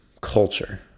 culture